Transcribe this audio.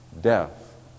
death